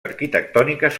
arquitectòniques